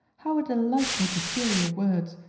how it delights me to hear your words,